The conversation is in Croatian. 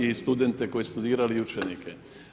I studente koji su studirali i učenike.